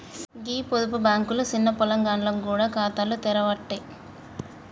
గీ పొదుపు బాంకులు సిన్న పొలగాండ్లకు గూడ ఖాతాలు తెరవ్వట్టే